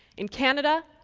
in canada,